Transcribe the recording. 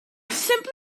simply